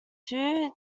two